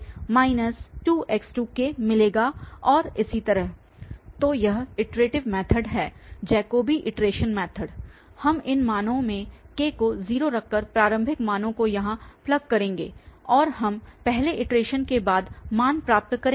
तो यह iterative method है जैकोबी इटरेशन मैथड हम इन मानों मे K को 0 रखकर प्रारंभिक मानों को यहां प्लग करेंगे और हम पहले इटरेशन के बाद मान प्राप्त करेंगे